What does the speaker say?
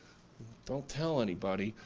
don't tell anybody,